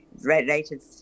related